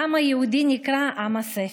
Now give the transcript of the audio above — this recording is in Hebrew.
העם היהודי נקרא עם הספר.